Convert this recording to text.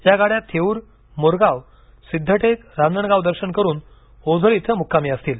या गाडय़ा थेऊर मोरगाव सिद्धटेक रांजणगाव दर्शन करून ओझर येथे मुक्कामी असतील